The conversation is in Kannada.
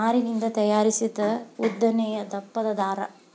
ನಾರಿನಿಂದ ತಯಾರಿಸಿದ ಉದ್ದನೆಯ ದಪ್ಪನ ದಾರಾ